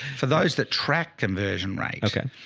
for those that track conversion rates. okay.